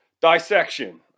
dissection